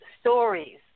stories